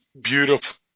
beautiful